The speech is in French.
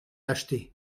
acheté